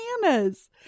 bananas